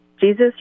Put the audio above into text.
Jesus